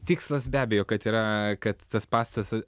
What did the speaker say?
tikslas be abejo kad yra kad tas pastatas